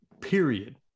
period